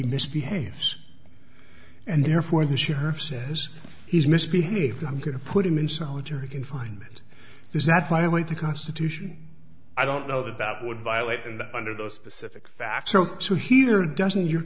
misbehaves and therefore the sheriff says he's misbehaved i'm going to put him in solitary confinement is that violate the constitution i don't know that that would violate and under those specific facts so to hear doesn't your